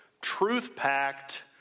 truth-packed